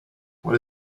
what